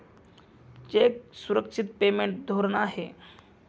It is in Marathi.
चेक सुरक्षित पेमेंट धोरण आहे